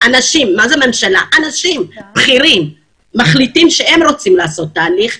אנשים בכירים מחליטים שהם רוצים לעשות תהליך,